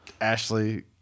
Ashley